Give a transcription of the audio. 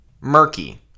murky